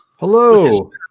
Hello